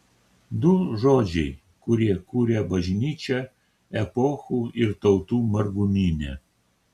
du žodžiai kurie kuria bažnyčią epochų ir tautų margumyne